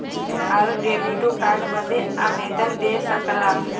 आउर डेबिटो कार्ड बदे आवेदन दे सकला